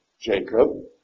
Jacob